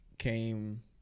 came